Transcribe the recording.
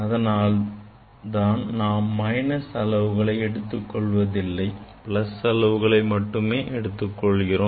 அதனால்தான் நாம் minus அளவுகளை எடுத்துக்கொள்ளவில்லை plus அளவுகளை மட்டுமே எடுத்துக் கொள்கிறோம்